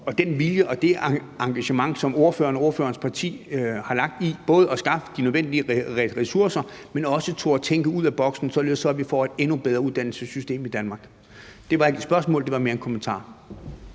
og den vilje og det engagement, som ordføreren og ordførerens parti har vist og lagt i både at skaffe de nødvendige ressourcer, men også i forhold til at turde tænke ud af boksen, således at vi får et endnu bedre uddannelsessystem i Danmark. Det var ikke et spørgsmål, det var mere en kommentar.